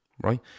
right